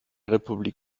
republik